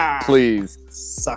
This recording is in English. Please